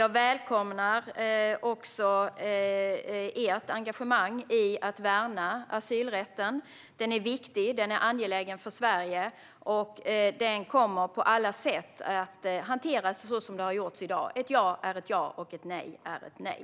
Jag välkomnar ert engagemang i att värna asylrätten, Jonas Millard. Den är viktig. Den är angelägen för Sverige, och den kommer på alla sätt att hanteras så som den hanteras i dag. Ett ja är ett ja, och ett nej är ett nej.